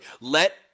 Let